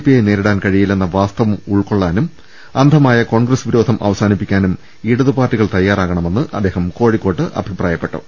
പിയെ നേരിടാൻ കഴിയില്ലെന്ന വാസ്തവം ഉൾക്കൊ ള്ളാനും അന്ധമായ കോൺഗ്രസ് വിരോധം അവസാനിപ്പി ക്കാനും ഇടതു പാർട്ടികൾ തയ്യാറാകണമെന്ന് അദ്ദേഹം കോഴിക്കോട്ട് അഭിപ്രായപ്പെട്ടു